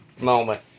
moment